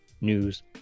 news